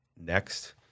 next